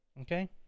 Okay